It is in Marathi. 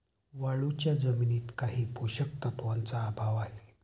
वाळूच्या जमिनीत काही पोषक तत्वांचा अभाव आहे